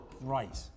right